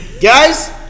guys